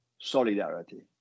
solidarity